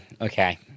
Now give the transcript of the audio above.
Okay